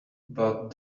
but